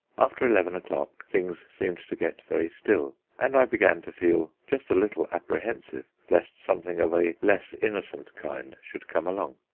after eleven o'clock things seemed to get very still, and i began to feel just a little apprehensive lest something of a less innocent kind should come along.